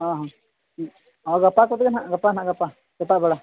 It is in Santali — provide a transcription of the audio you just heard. ᱦᱚᱸ ᱦᱚᱸ ᱦᱚᱸ ᱜᱟᱯᱟ ᱠᱚᱛᱮ ᱜᱮᱱᱟᱦᱟᱜ ᱜᱟᱯᱟ ᱦᱟᱜ ᱜᱟᱯᱟ ᱥᱮᱛᱟᱜ ᱵᱮᱲᱟ